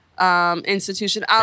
Institution